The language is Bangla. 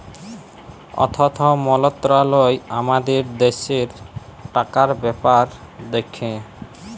অথ্থ মলত্রলালয় আমাদের দ্যাশের টাকার ব্যাপার দ্যাখে